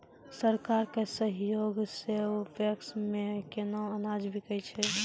सरकार के सहयोग सऽ पैक्स मे केना अनाज बिकै छै?